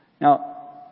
Now